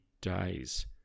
days